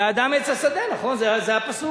כי האדם עץ השדה, נכון, זה הפסוק.